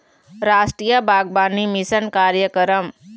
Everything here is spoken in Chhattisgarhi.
रास्टीय बागबानी मिसन कार्यकरम